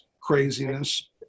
craziness